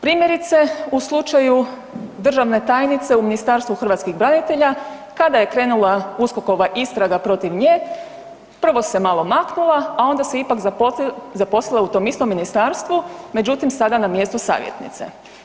Primjerice, u slučaju državne tajnice u Ministarstvu hrvatskih branitelja kada je krenula USKOK-ova istraga protiv nje, prvo se malo maknula, a onda se ipak zaposlila u tom istom Ministarstvu, međutim, sada na mjestu savjetnice.